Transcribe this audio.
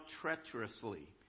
treacherously